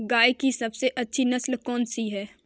गाय की सबसे अच्छी नस्ल कौनसी है?